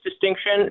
distinction